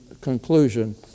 conclusion